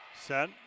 Set